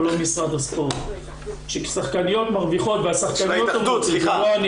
כאשר שחקניות מרוויחות --- סליחה,